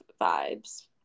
vibes